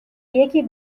یکی